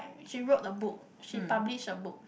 she wrote the book she publish the book